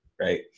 right